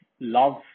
love